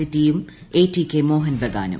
സിറ്റിയും എടികെ മോഹൻ ബഗാനും